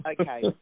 Okay